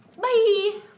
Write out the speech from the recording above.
Bye